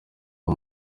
uwo